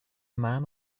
man